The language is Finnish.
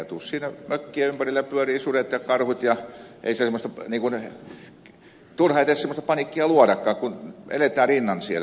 siinä mökkien ympärillä pyörivät sudet ja karhut ja turha edes semmoista paniikkia luodakaan kun eletään rinnan siellä